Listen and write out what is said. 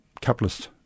capitalist